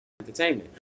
entertainment